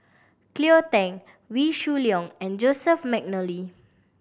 Cleo Thang Wee Shoo Leong and Joseph McNally